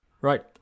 right